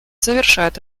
завершает